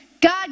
God